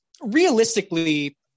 realistically